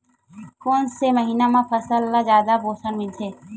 कोन से महीना म फसल ल जादा पोषण मिलथे?